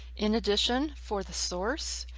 in addition for the source,